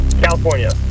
California